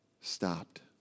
stopped